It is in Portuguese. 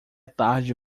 tarde